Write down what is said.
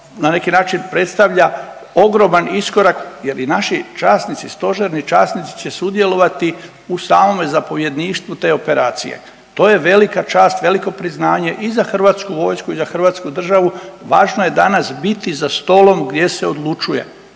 na neki način predstavlja ogroman iskorak jer i naši časnici, stožerni časnici će sudjelovati u samome zapovjedništvu te operacije. To je velika čast, veliko priznanje i za Hrvatsku vojsku i za hrvatsku državu, važno je danas biti za stolom gdje se odlučuje.